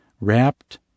wrapped